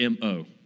mo